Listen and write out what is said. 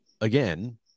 again